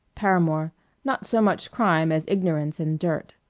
paramore not so much crime as ignorance and dirt.